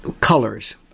colors